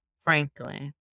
Franklin